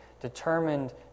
determined